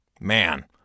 Man